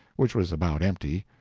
which was about empty,